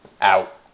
Out